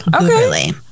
Okay